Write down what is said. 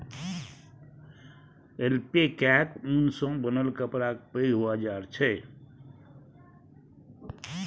ऐल्पैकाक ऊन सँ बनल कपड़ाक पैघ बाजार छै